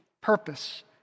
purpose